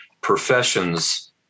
professions